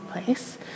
place